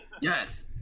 yes